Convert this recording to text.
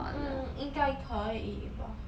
mm 应该可以吧